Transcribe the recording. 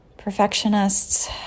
Perfectionists